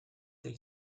del